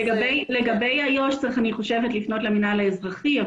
לגבי איו"ש, אני חושבת שצריך לפנות למינהל האזרחי.